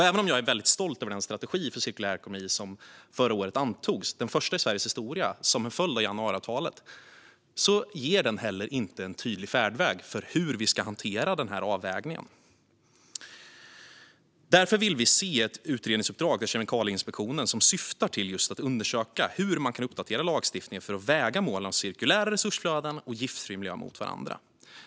Även om jag är väldigt stolt över den strategi för cirkulär ekonomi, den första i Sveriges historia, som förra året antogs som en följd av januariavtalet är inte heller den en tydlig vägledning för hur vi ska hantera avvägningen. Därför vill vi se ett utredningsuppdrag till Kemikalieinspektionen med syftet att undersöka hur man kan uppdatera lagstiftningen för att väga mål om cirkulära resursflöden och giftfri miljö mot varandra.